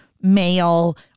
male